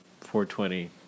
420